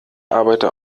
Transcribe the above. arbeiter